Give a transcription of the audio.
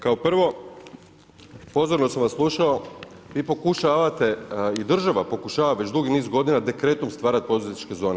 Kao prvo, pozorno sam vas slušao, vi pokušavate i država pokušava već dugi niz godina dekretom stvarati poduzetničke zone.